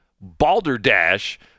balderdash